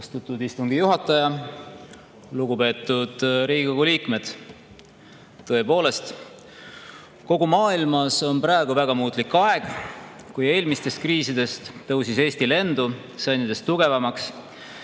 Austatud istungi juhataja! Lugupeetud Riigikogu liikmed! Tõepoolest, kogu maailmas on praegu väga muutlik aeg. Kui eelmistest kriisidest tõusis Eesti lendu, sai nendest tugevamaks,